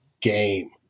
game